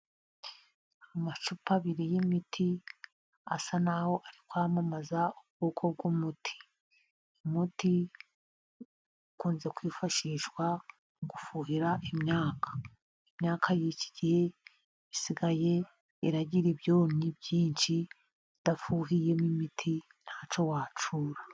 Amacupa abiri y'imiti asa n'aho ari kwamamaza ubwoko bw'umuti. Umuti ukunze kwifashishwa mu gufuhira imyaka. Imyaka y'iki gihe isigaye igira ibyonnyi byinshi udafuhiyemo imiti ntacyo wacyura.